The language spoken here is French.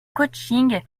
coaching